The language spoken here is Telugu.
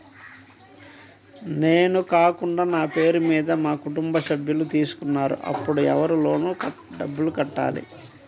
నేను కాకుండా నా పేరు మీద మా కుటుంబ సభ్యులు తీసుకున్నారు అప్పుడు ఎవరు లోన్ డబ్బులు కట్టాలి?